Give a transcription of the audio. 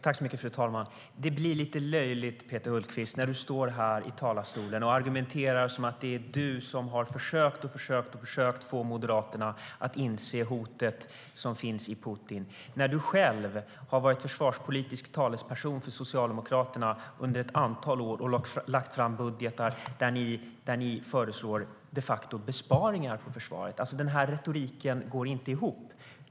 Retoriken går inte ihop.